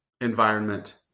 environment